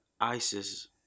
ISIS